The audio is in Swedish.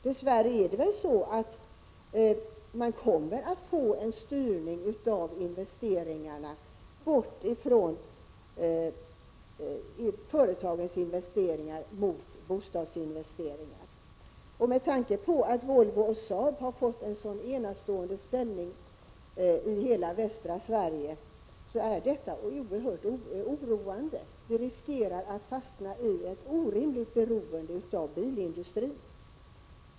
Dess värre är det väl så att investeringarna kommer att styras bort från företagens investeringar mot bostadsinvesteringar? Med tanke på att Volvo och Saab har fått en så enastående ställning i hela västra Sverige är detta oerhört oroande. Västra Sverige riskerar att fastna i ett orimligt beroende av bilindustrin.